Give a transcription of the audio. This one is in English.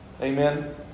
Amen